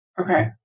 Okay